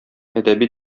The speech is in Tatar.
әдәби